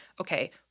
okay